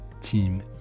team